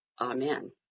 Amen